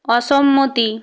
অসম্মতি